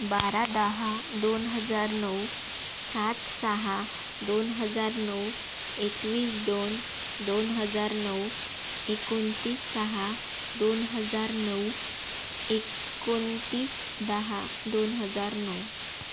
बारा दहा दोन हजार नऊ सात सहा दोन हजार नऊ एकवीस दोन दोन हजार नऊ एकोणतीस सहा दोन हजार नऊ एकोणतीस दहा दोन हजार नऊ